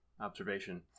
observation